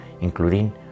including